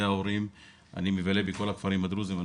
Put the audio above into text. ההורים ואני מבלה בכל הכפרים הדרוזים.